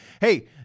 Hey